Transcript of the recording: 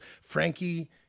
Frankie